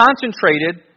concentrated